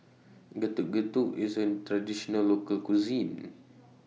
Getuk Getuk IS A Traditional Local Cuisine